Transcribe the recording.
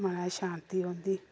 मनै ई शांति रौहंदी